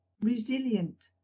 resilient